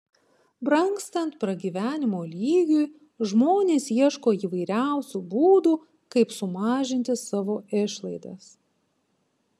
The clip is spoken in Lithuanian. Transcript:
brangstant pragyvenimo lygiui žmonės ieško įvairiausių būdų kaip sumažinti savo išlaidas